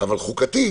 חוקתית,